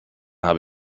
habe